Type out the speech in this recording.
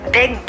big